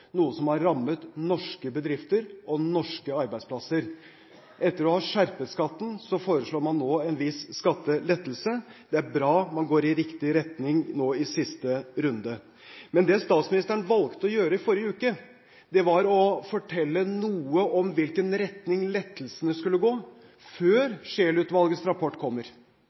noe som har rammet norske bedrifter og norske arbeidsplasser. Etter å ha skjerpet skatten foreslår man nå en viss skattelettelse. Det er bra. Man går i riktig retning nå i siste runde. Men det statsministeren valgte å gjøre i forrige uke, var å fortelle noe om i hvilken retning lettelsene skulle gå – før Scheel-utvalgets rapport kommer.